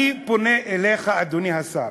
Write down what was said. אני פונה אליך, אדוני השר: